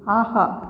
ஆஹா